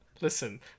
Listen